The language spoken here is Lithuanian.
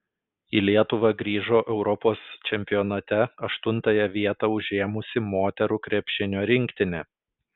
į lietuvą grįžo europos čempionate aštuntąją vietą užėmusi moterų krepšinio rinktinė